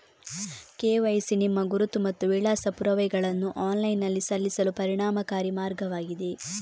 KYC ನಿಮ್ಮ ಗುರುತು ಮತ್ತು ವಿಳಾಸ ಪುರಾವೆಗಳನ್ನು ಆನ್ಲೈನಿನಲ್ಲಿ ಸಲ್ಲಿಸಲು ಪರಿಣಾಮಕಾರಿ ಮಾರ್ಗವಾಗಿದೆ